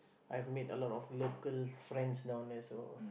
I've made a lot of local friends down there so